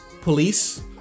Police